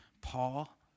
Paul